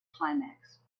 climax